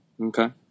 Okay